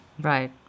Right